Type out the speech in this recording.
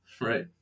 Right